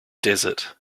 desert